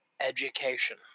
education